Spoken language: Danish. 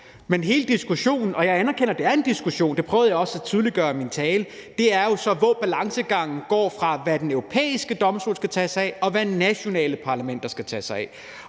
Men hele diskussionen – jeg anerkender, at det er en diskussion, og det prøvede jeg også at tydeliggøre i min tale – går på, hvor balancegangen går mellem, hvad Den Europæiske Menneskerettighedsdomstol skal tage sig af, og hvad de nationale parlamenter skal tage sig af.